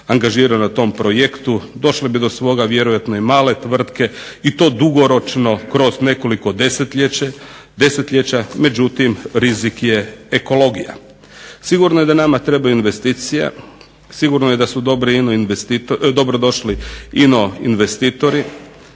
angažirani na tom projektu. Došle bi do svoga vjerojatno i male tvrtke i to dugoročno kroz nekoliko desetljeća, međutim rizik je ekologija. Sigurno je da nama treba investicija, sigurno je da su dobrodošli ino investitori.